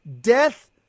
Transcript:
Death